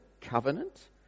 covenant